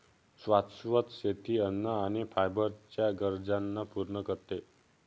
शाश्वत शेती अन्न आणि फायबर च्या गरजांना पूर्ण करते